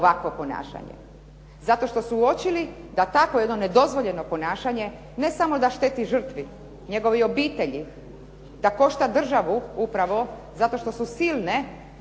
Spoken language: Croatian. ovakvo ponašanje. Zato što su uočili da takvo jedno nedozvoljeno ponašanje ne samo da šteti žrtvi, njegovoj obitelji, da košta državu upravo zato što su silne